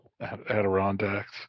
Adirondacks